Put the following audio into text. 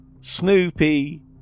Snoopy